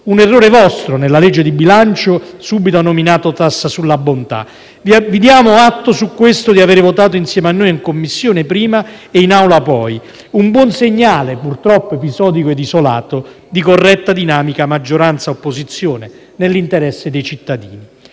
un errore vostro nella legge di bilancio subito nominato «tassa sulla bontà». Vi diamo atto, su questo, di aver votato insieme a noi in Commissione prima e in Aula poi, un buon segnale, purtroppo episodico ed isolato, di corretta dinamica maggioranza-opposizione nell'interesse dei cittadini.